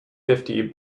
fifty